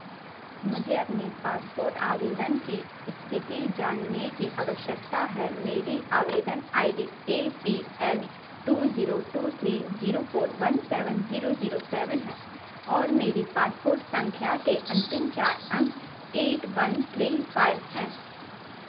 मुझे अपने पासपोर्ट आवेदन की स्थिति जानने की आवश्यकता है मेरी आवेदन I D A P L two zero two three zero four one seven zero zero seven है और मेरी पासपोर्ट संख्या के अंतिम चार अंक एट वन थ्री फाइव हैं